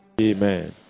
Amen